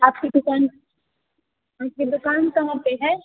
आपकी दुकान आपकी दुकान कहाँ पर है